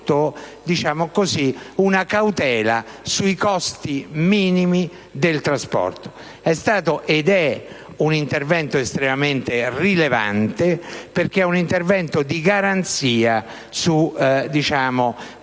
una cautela sui costi minimi del trasporto. È stato ed è un intervento estremamente rilevante, perché è a garanzia di